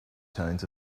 tones